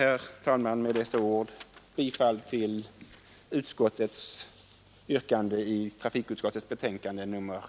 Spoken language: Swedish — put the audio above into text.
Jag yrkar med dessa ord bifall till trafikutskottets hemställan i betänkandet nr 3.